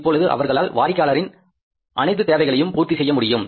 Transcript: இப்பொழுது அவரால் வாடிக்கையாளரின் அனைத்து தேவைகளையும் பூர்த்தி செய்ய முடியும்